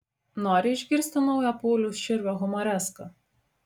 nori išgirsti naują pauliaus širvio humoreską